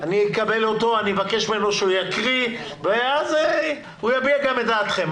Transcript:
אני אקבל אותו ואבקש ממנו שהוא יקרא ואז הוא יביע גם את דעתכם,